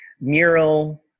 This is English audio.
mural